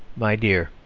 my dear